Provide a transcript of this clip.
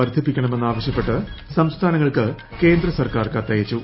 വർദ്ധിപ്പിക്കണമെന്നാവശ്യപ്പെട്ട് സംസ്ഥാനങ്ങൾക്ക് കേന്ദ്ര സർക്കാർ കത്തയച്ചു